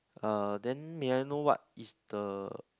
uh then may I know what is the